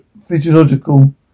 physiological